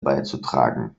beizutragen